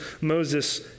Moses